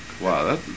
Wow